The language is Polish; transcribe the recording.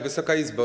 Wysoka Izbo!